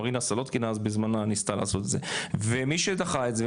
מרינה סלוטקין אז בזמנו ניסתה לעשות את זה ומי שדחה את זה,